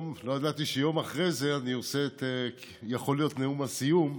לא ידעתי שיום אחרי זה יכול להיות נאום הסיום,